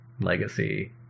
legacy